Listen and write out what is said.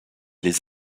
les